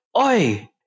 Oi